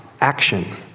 action